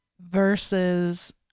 versus